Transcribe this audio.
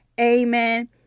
Amen